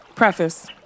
Preface